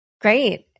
Great